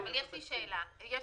זה